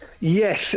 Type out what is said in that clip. Yes